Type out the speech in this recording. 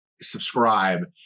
subscribe